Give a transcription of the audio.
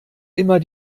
immer